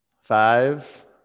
Five